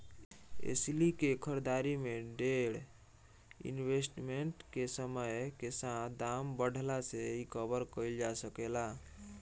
एस्ली के खरीदारी में डेर इन्वेस्टमेंट के समय के साथे दाम बढ़ला से रिकवर कईल जा सके ला